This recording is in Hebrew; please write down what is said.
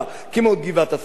כמו גבעת-אסף,